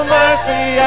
mercy